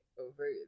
over